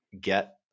get